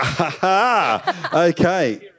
Okay